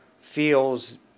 feels